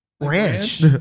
ranch